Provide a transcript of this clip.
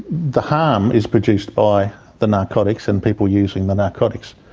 the harm is produced by the narcotics, and people using the narcotics.